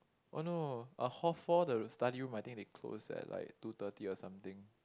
oh no a hall four the study room I think they close at like two thirty or something